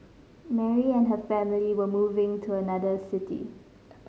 Mary and her family were moving to another city